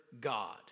God